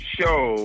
Show